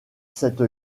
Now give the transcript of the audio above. cette